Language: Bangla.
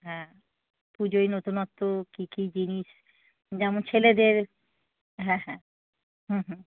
হ্যাঁ পুজোয় নতুনত্ব কী কী জিনিস যেমন ছেলেদের হ্যাঁ হ্যাঁ হুম হুম